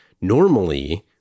Normally